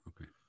Okay